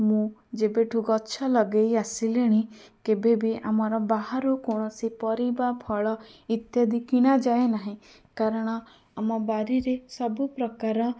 ମୁଁ ଯେବେଠୁ ଗଛ ଲଗେଇ ଆସିଲିଣି କେବେବି ଆମର ବାହାରୁ କୌଣସି ପରିବା ଫଳ ଇତ୍ୟାଦି କିଣାଯାଏ ନାହିଁ କାରଣ ଆମ ବାରିରେ ସବୁପ୍ରକାର